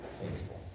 faithful